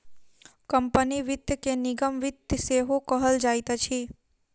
company वित्त के निगम वित्त सेहो कहल जाइत अछि